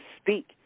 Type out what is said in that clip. speak